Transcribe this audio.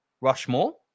Rushmore